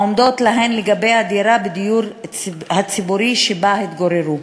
העומדות להן לגבי הדירה בדיור הציבורי שבה התגוררו.